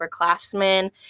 upperclassmen